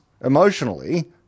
emotionally